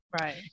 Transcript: Right